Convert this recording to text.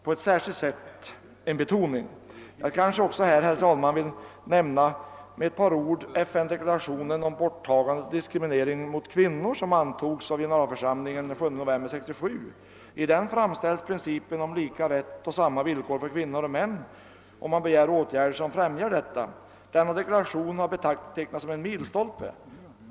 Jag vill sedan, herr talman, med ett par ord beröra FN:s deklaration om boritagande av diskriminering mot kvinnor, som antogs av generalförsamlingen den 7 november 1967. I den fastställs principen om lika rätt på samma villkor för kvinnor och män, och det begärs åtgärder som främjar detta syfte. Deklarationens tillkomst har betecknats som en milstolpe.